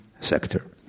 sector